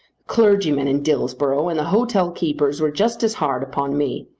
clergyman in dillsborough and the hotelkeepers were just as hard upon me.